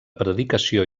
predicació